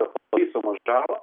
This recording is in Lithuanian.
nepataisomą žalą